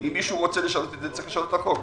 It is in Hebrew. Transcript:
אם מישהו רוצה לשנות את זה, צריך לשנות את החוק.